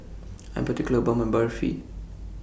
I Am particular about My Barfi